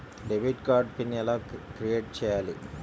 Debit card pin ఎలా create చెయ్యాలి?